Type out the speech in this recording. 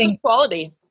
quality